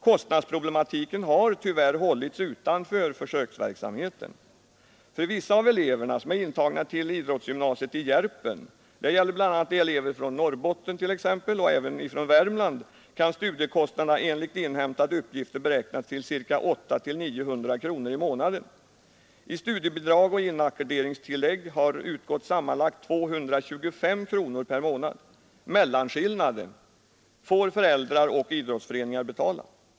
Kostnadsproblematiken har tyvärr hållits utanför försöksverksamheten. För vissa av eleverna som är intagna till idrottsgymnasiet i Järpen — det gäller bl.a. elever från Norrbotten och även från Värmland — kan studiekostnaderna enligt inhämtade uppgifter beräknas till 800—900 kronor i månaden. I studiebidrag och inackorderingstillägg har utgått sammanlagt 225 kronor per månad. Mellanskillnaden får föräldrar och idrottsföreningar betala.